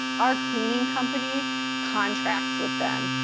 our cleaning company contracts with them,